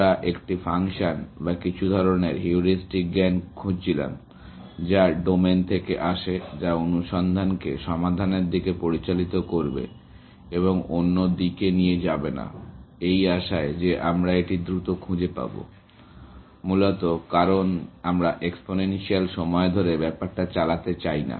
আমরা একটি ফাংশন বা কিছু ধরণের হিউরিস্টিক জ্ঞান খুঁজছিলাম যা ডোমেন থেকে আসে যা অনুসন্ধানকে সমাধানের দিকে পরিচালিত করবে এবং অন্য দিকে নিয়ে যাবে না এই আশায় যে আমরা এটি দ্রুত খুঁজে পাবো মূলত কারণ আমরা এক্সপোনেনশিয়াল সময় ধরে ব্যাপারটা চালাতে চাই না